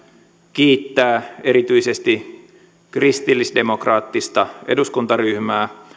kiittää erityisesti kristillisdemokraattista eduskuntaryhmää